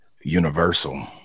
Universal